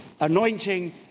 anointing